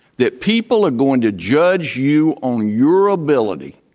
that people are going to judge you on your ability,